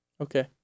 Okay